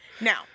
Now